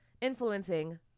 influencing